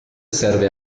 serve